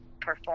perform